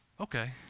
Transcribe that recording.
okay